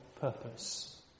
purpose